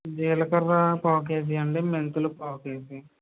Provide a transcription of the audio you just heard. జీలకర్ర పావు కేజీ అండి మెంతులు పావు కేజీ